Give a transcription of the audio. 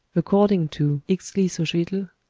according to ixtlilxochitl,